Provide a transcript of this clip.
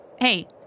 Hey